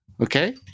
Okay